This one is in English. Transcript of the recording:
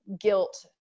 guilt